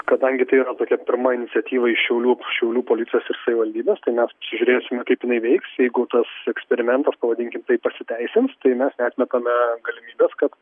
kadangi tai yra tokia pirma iniciatyva iš šiaulių šiaulių policijos ir savivaldybės tai mes žiūrėsime kaip jinai veiks jeigu tas eksperimentas pavadinkim taip pasiteisins tai mes neatmetame galimybės kad